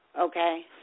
okay